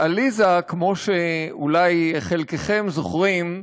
עליסה, כמו שאולי חלקכם זוכרים,